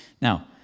Now